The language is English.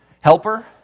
Helper